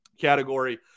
category